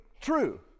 true